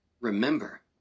Remember